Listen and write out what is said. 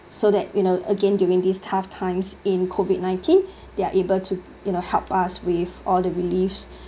so that you know again during this tough times in COVID nineteen they're able to you know help us with all the reliefs